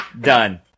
Done